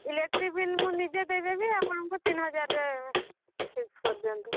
electric bill ମୁଁ ନିଜେ ଦେଇ ଦେବି ଆପଣଙ୍କୁ ତିନି ହଜାରରେ ଫିକ୍ସ୍ କରି ଦିଅନ୍ତୁ